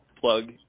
plug